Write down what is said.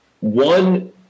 one